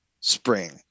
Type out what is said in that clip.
spring